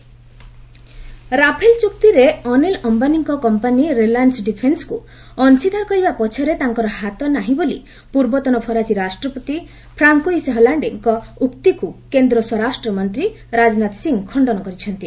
Rajnath Rafale Rafale ଚୁକ୍ତିରେ ଅନିଲ୍ ଅମ୍ଘାନୀଙ୍କ company Reliance ଡିଫେନ୍ସକୁ ଅଂଶୀଦାର କରିବା ପଛରେ ତାଙ୍କର ହାତ ନାହିଁ ବୋଲି ପୂର୍ବତନ ଫରାସୀ ରାଷ୍ଟ୍ରପତି ଫ୍ରାନ୍କୋଇସ୍ ହଲାଣ୍ଡେଙ୍କ ଉକ୍ତିକୁ କେନ୍ଦ୍ର ସ୍ୱରାଷ୍ଟ୍ର ମନ୍ତ୍ରୀ ରାଜନାଥ ସିଂ ଖଶ୍ଚନ କରିଛନ୍ତି